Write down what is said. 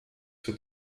für